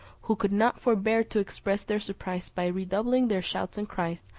who could not forbear to express their surprise by redoubling their shouts and cries,